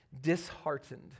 Disheartened